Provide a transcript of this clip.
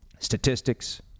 statistics